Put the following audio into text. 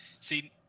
See